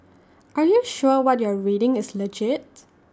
are you sure what you're reading is legit